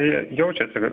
jie jaučiasi